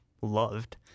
loved